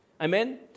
Amen